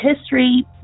history